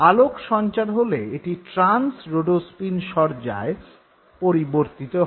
আলোক সঞ্চার হলে এটি ট্রান্স রোডোস্পিন সজ্জায় পরিবর্তিত হয়